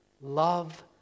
love